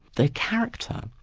their character,